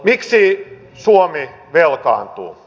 miksi suomi velkaantuu